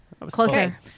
Closer